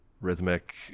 rhythmic